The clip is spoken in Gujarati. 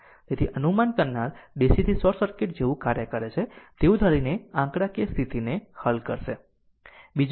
તેથી અનુમાન કરનાર DCથી શોર્ટ સર્કિટ જેવું કાર્ય કરે છે તેવું ધારીને આંકડાકીય સ્થિતિને હલ કરશે